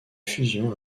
fusion